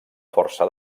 força